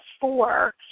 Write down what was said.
four